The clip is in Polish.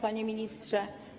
Panie Ministrze!